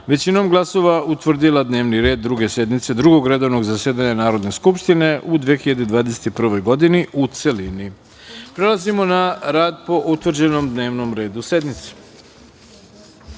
većinom glasova utvrdila dnevni red Druge sednice Drugog redovnog zasedanja Narodne skupštine u 2021. godini, u celini. Prelazimo na rad po utvrđenom dnevnom redu sednice. Prva